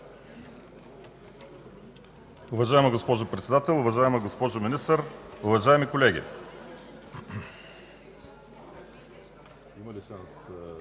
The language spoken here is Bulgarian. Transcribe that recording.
Уважаема госпожо Председател, уважаема госпожо Министър, уважаеми колеги!